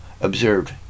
observed